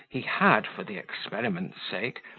he had, for the experiment's sake,